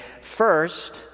First